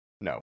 No